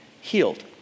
healed